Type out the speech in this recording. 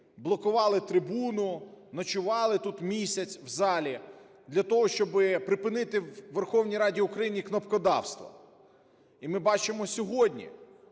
блокували трибуну, ночували тут місяць в залі для того, щоб припинити у Верховній Раді України кнопкодавство. І ми бачимо сьогодні,